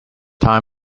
time